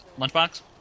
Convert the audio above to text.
lunchbox